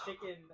chicken